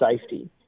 safety